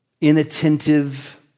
inattentive